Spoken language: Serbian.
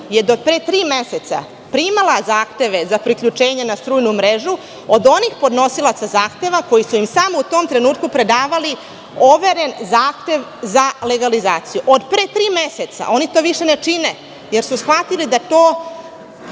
je do pre tri meseca primala zahteve za priključenje na strujnu mrežu od onih podnosilaca zahteva koji su im samo u tom trenutku predavali overen zahtev za legalizaciju. Od pre tri meseca oni to više ne čine, jer su shvatili da to